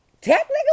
Technically